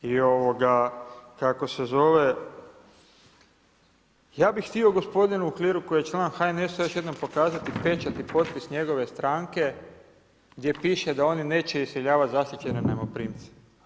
I kako se zove, ja bih htio gospodinu Uhliru koji je član HNS-a još jednom pokazati pečat i potpis njegove stranke gdje piše da oni neće iseljavati zaštićene najmoprimce.